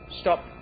stop